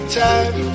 time